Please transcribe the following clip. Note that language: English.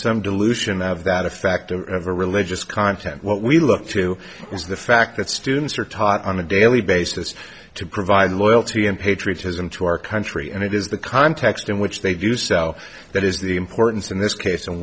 some dilution of that a factor of a religious content what we look to is the fact that students are taught on a daily basis to provide loyalty and patriotism to our country and it is the context in which they do so that is the importance in this case and